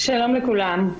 שלום לכולם,